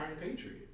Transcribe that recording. Patriot